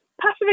passive